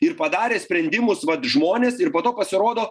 ir padarė sprendimus vat žmonės ir po to pasirodo